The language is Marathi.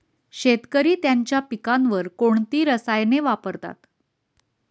शेतकरी त्यांच्या पिकांवर कोणती रसायने वापरतात?